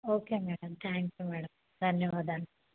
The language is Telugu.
okay madam thank you madam ధన్యవాదాలు